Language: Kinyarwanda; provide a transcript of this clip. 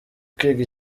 kwiga